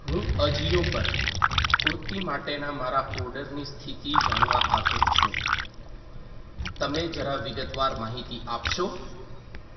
હું અજિયો પર કુર્તિ માટેના મારા ઓર્ડરની સ્થિતિ જાણવા આતુર છું તમે જરા વિગતવાર માહિતી આપશો